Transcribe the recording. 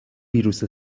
ویروس